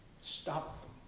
Stop